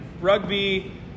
rugby